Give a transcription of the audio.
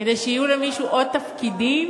כדי שיהיו למישהו עוד תפקידים?